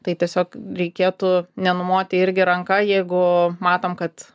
tai tiesiog reikėtų nenumoti irgi ranka jeigu matom kad